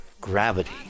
gravity